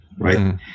right